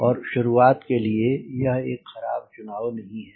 और शुरुआत के लिए यह एक ख़राब चुनाव नहीं है